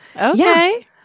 Okay